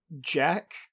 jack